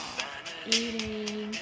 eating